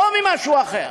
לא ממשהו אחר.